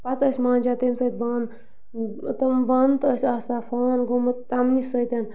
پَتہٕ ٲسۍ مانٛجان تَمہِ سۭتۍ بانہٕ تِم بانہٕ تہٕ ٲسۍ آسان فان گوٚمُت تَمنہِ سۭتۍ